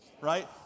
right